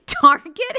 Target